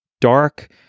dark